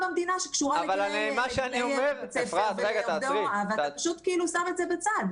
במדינה שקשורה לגילאי בית ספר ולעובדי הוראה ואתה פשוט שם את זה בצד.